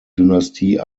dynastie